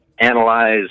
analyze